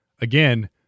Again